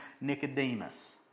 Nicodemus